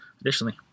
Additionally